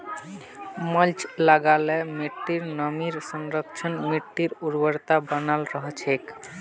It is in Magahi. मल्च लगा ल मिट्टीर नमीर संरक्षण, मिट्टीर उर्वरता बनाल रह छेक